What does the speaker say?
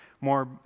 more